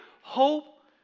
hope